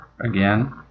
Again